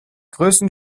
größten